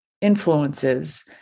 influences